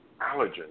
allergens